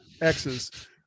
X's